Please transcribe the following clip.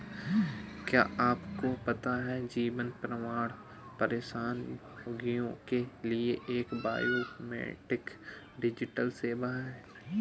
क्या आपको पता है जीवन प्रमाण पेंशनभोगियों के लिए एक बायोमेट्रिक डिजिटल सेवा है?